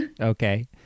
Okay